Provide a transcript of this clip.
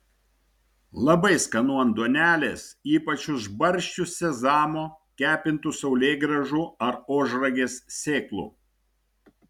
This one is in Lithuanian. labai skanu ant duonelės ypač užbarsčius sezamo kepintų saulėgrąžų ar ožragės sėklų